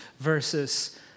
versus